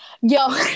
Yo